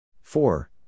Four